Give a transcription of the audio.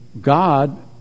God